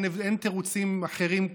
אין תירוצים אחרים,